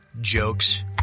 jokes